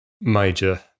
major